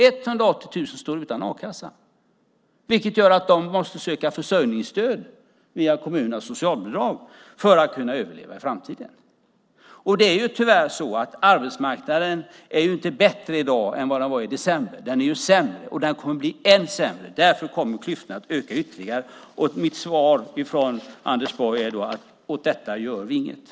180 000 står utan a-kassa, vilket gör att de måste söka försörjningsstöd via kommunernas socialbidrag för att kunna överleva i framtiden. Det är tyvärr så att arbetsmarknaden inte är bättre i dag än vad den var i december. Den är sämre, och den kommer att bli än sämre. Därför kommer klyftorna att öka ytterligare. Svaret till mig från Anders Borg är: Åt detta gör vi ingenting.